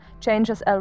changes